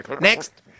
Next